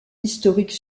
historique